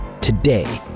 today